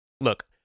Look